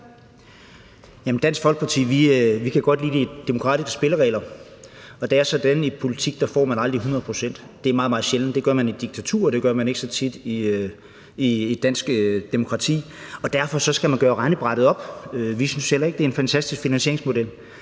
Dansk Folkeparti kan vi godt lide de demokratiske spilleregler, og der er så den regel i politik, at man aldrig får hundrede procent. Det er meget, meget sjældent. Det gør man i diktaturer; det gør man ikke så tit i et dansk demokrati, og derfor skal man gøre regnebrættet op. Vi synes heller ikke, det er en fantastisk finansieringsmodel,